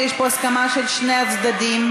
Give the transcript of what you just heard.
ויש פה הסכמה של שני הצדדים,